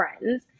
friends